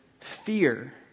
fear